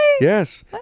Yes